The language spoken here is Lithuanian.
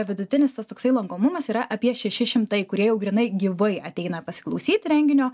vidutinis tas toksai lankomumas yra apie šeši šimtai kurie jau grynai gyvai ateina pasiklausyti renginio